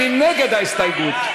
מי נגד ההסתייגות?